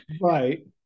Right